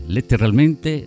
Letteralmente